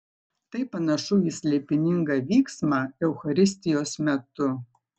tai panašu į slėpiningą vyksmą eucharistijos metu